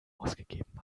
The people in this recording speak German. ausgegeben